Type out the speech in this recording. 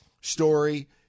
story